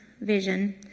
vision